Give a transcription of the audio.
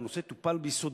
שהנושא טופל ביסודיות,